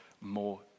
more